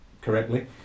correctly